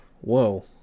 whoa